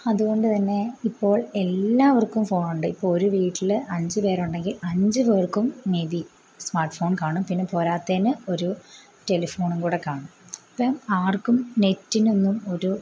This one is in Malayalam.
അതുകൊണ്ട് തന്നെ ഇപ്പോൾ എല്ലാവർക്കും ഫോണൊണ്ട് ഇപ്പം ഒരു വീട്ടിൽ അഞ്ച് പേരുണ്ടെങ്കിൽ അഞ്ച് പേർക്കും മെ ബി സ്മാർട്ട് ഫോൺ കാണും പിന്നെ പോരാത്തതിന് ഒരു ടെലെഫോണും കൂടി കാണും അപ്പം ആർക്കും നെറ്റിനൊന്നും ഒരു